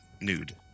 Nude